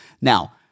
Now